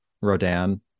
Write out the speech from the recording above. Rodan